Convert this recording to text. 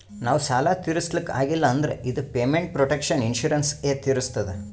ನಾವ್ ಸಾಲ ತಿರುಸ್ಲಕ್ ಆಗಿಲ್ಲ ಅಂದುರ್ ಇದು ಪೇಮೆಂಟ್ ಪ್ರೊಟೆಕ್ಷನ್ ಇನ್ಸೂರೆನ್ಸ್ ಎ ತಿರುಸ್ತುದ್